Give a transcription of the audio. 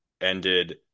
ended